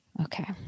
Okay